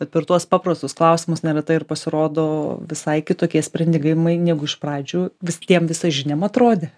bet per tuos paprastus klausimus neretai ir pasirodo visai kitokie sprendigimai negu iš pradžių vis tiem visažiniam atrodė